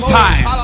time